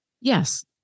Yes